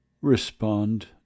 respond